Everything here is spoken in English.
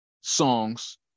songs